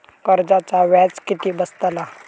कर्जाचा व्याज किती बसतला?